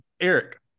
Eric